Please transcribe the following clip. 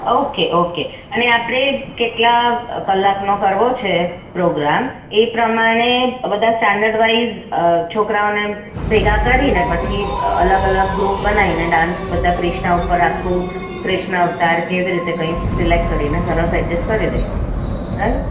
okay okay અને આપણે કેટલાં કલાકનો કરવો છે પ્રોગ્રામ એ પ્રમાણે બધા સ્ટાન્ડર્ડ વાઇસ છોકરાઓને ભેગાં કરીને પછી અલગ અલગ ગ્રુપ બનાવીને ડાન્સ બધાં ક્રિષ્ન ઉપર આખું ક્રિષ્ન અવતાર કે કેવી રીતે કઈ સિલેક્ટ કરીને સરસ એજએસ્ટ કરી દઇશું રાઈટ